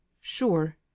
Sure